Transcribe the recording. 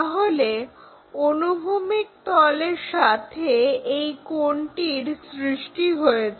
তাহলে অনুভূমিক তলের সাথে এই কোণটির সৃষ্টি হয়েছে